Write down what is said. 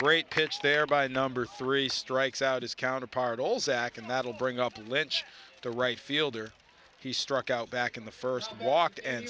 great pitch there by number three strikes out his counterpart all zach and that'll bring up lynch the right fielder he struck out back in the first walked and